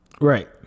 Right